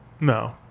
No